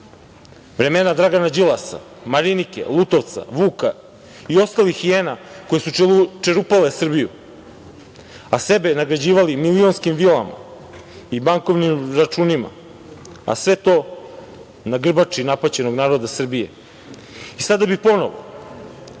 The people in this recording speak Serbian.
vremena Dragana Đilasa, Marinike, Lutovca, Vuka i ostalih hijena koji su čerupale Srbiju, a sebe nagrađivali milionskim vilama i bankovnim računima, a sve to na grbači napaćenog naroda Srbije? Sada bi ponovo,